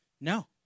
no